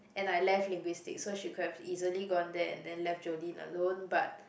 and I left linguistic so she could have easily gone there and then left Jolene alone but